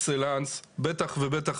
בטח ובטח